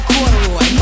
Corduroy